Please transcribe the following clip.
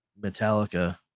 Metallica